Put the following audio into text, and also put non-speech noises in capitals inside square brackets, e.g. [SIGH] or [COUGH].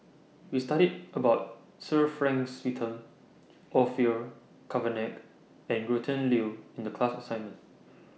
We studied about Sir Frank [UNINTELLIGIBLE] Orfeur Cavenagh and Gretchen Liu in The class assignment